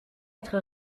être